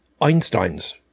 Einstein's